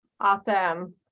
Awesome